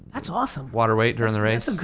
that's awesome. water weight during the race.